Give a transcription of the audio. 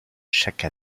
chaque